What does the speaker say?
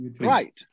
right